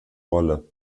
rolle